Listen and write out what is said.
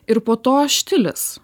ir po to štilis